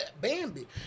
bambi